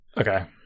Okay